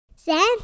Sam